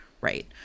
Right